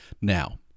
Now